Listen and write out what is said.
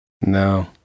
No